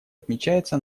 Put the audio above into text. отмечается